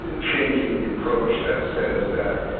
ah changing the approach that says that,